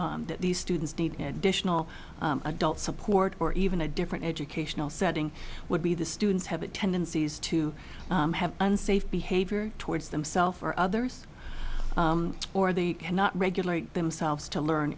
need that these students need additional adult support or even a different educational setting would be the students have it tendencies to have unsafe behavior towards themself or others or they cannot regulate themselves to learn